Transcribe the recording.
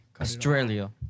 Australia